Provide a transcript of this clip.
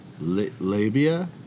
Labia